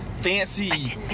fancy